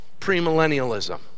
premillennialism